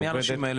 מורים שלנו,